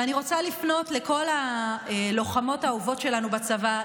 ואני רוצה לפנות לכל הלוחמות האהובות שלנו בצבא,